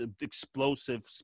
explosive